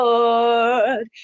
Lord